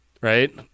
right